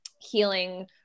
healing